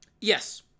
Yes